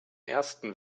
ersten